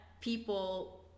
people